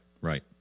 Right